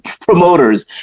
promoters